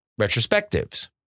retrospectives